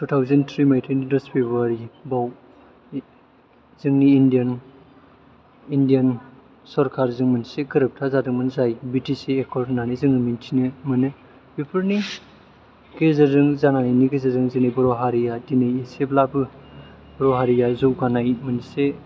two thousand three मायथाइनि दस फेब्रुवारियाव जोंनि इण्डियान सरकारजों मोनसे गोरोबथा जादोंमोन जाय बि टि सि एकर्ड होननानै जों मिथिनो मोनो बेफोरनि गेजेरजों जानायनि गेजेरजों जोंनि बर' हारिया दिनै एसेब्लाबो बर' हारिया जौगानाय मोनसे